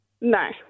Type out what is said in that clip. No